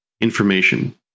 information